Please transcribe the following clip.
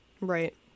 Right